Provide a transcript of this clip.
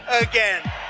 again